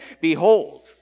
behold